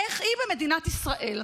איך היא במדינת ישראל.